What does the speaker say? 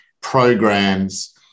programs